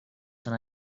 tan